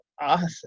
awesome